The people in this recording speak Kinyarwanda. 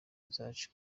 zacu